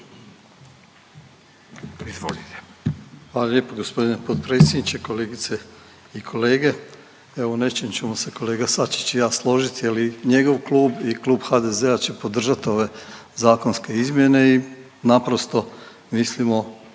Hvala lijepo gospodine potpredsjedniče, kolegice i kolege. Evo sa nečim ćemo se kolega Sačić i ja složiti, jer njegov klub i klub HDZ-a će podržati ove zakonske izmjene i naprosto mislimo